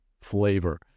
flavor